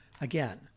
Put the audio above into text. Again